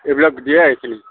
এইবিলাক দিয়ে এইখিনি